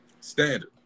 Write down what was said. Standard